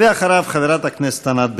אחריו, חברת הכנסת ענת ברקו.